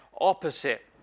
opposite